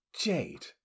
Jade